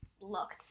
looked